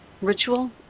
ritual